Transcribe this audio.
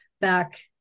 back